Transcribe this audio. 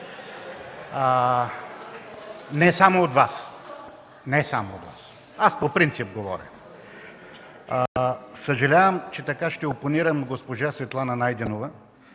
не само от Вас, аз по принцип говоря. Съжалявам, че ще опонирам госпожа Светлана Найденова.